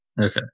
Okay